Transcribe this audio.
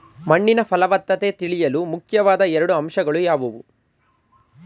ಮಣ್ಣಿನ ಫಲವತ್ತತೆ ತಿಳಿಯಲು ಮುಖ್ಯವಾದ ಎರಡು ಅಂಶಗಳು ಯಾವುವು?